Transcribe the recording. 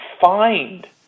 find